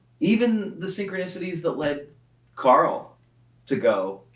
even the synchronicities that led karl to go,